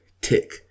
tick